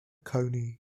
coney